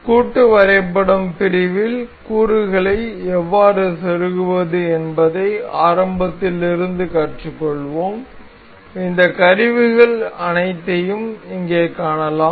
கூட்டு வரைபடம் பிரிவில் கூறுகளை எவ்வாறு செருகுவது என்பதை ஆரம்பத்தில் இருந்து கற்றுக்கொள்வோம் இந்த கருவிகள் அனைத்தையும் இங்கே காணலாம்